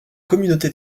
communauté